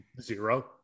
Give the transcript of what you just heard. Zero